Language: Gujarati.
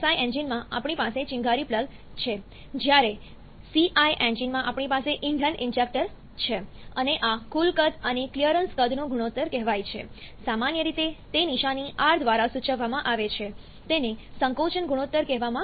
SI એન્જિનમાં આપણી પાસે ચિનગારી પ્લગ છે જ્યારે CI એન્જિનમાં આપણી પાસે ઇંધન ઇન્જેક્ટર છે અને આ કુલ કદ અને ક્લિયરન્સ કદનો ગુણોત્તર કહેવાય છે સામાન્ય રીતે તે નિશાની r દ્વારા સૂચવવામાં આવે છે તેને સંકોચન ગુણોત્તર કહેવામાં આવે છે